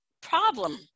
problem